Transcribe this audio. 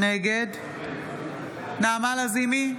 נגד נעמה לזימי,